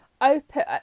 open